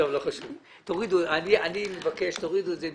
אני מבקש להוריד את זה.